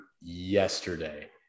yesterday